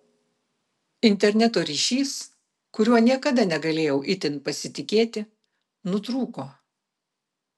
interneto ryšys kuriuo niekada negalėjau itin pasitikėti nutrūko